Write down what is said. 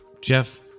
Jeff